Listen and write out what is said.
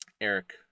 Eric